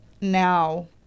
Now